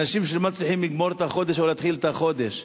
אנשים שלא מצליחים לגמור את החודש או להתחיל את החודש,